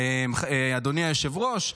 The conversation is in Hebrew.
אדוני היושב-ראש,